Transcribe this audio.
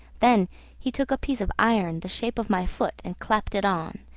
then he took a piece of iron the shape of my foot, and clapped it on,